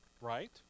right